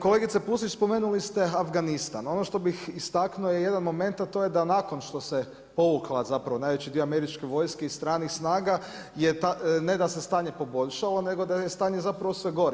Kolegice Pusić, spomenuli ste Afganistan, ono što bih istaknuo je jedan moment a to je da nakon što se povukao zapravo najveći dio američke vojske i stranih snaga je taj ne da se stanje poboljšalo, nego da je stanje sve gore.